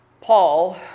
Paul